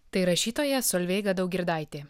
tai rašytoja solveiga daugirdaitė